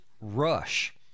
rush